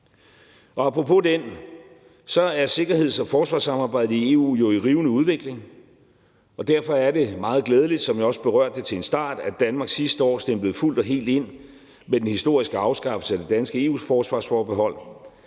apropos den, så er sikkerheds- og forsvarssamarbejdet i EU jo i rivende udvikling, og derfor er det meget glædeligt, som jeg også berørte det til en start, at Danmark sidste år stemplede fuldt og helt ind med den historiske afskaffelse af det danske EU-forsvarsforbehold.